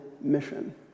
mission